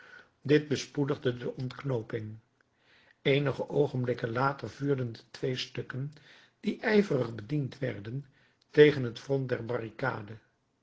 dit bespoedigde de ontknooping eenige oogenblikken later vuurden de twee stukken die ijverig bediend werden tegen het front der barricade